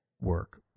work